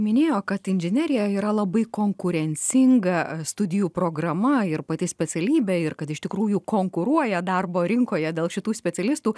minėjo kad inžinerija yra labai konkurencinga studijų programa ir pati specialybė ir kad iš tikrųjų konkuruoja darbo rinkoje dėl šitų specialistų